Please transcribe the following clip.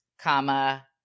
comma